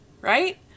right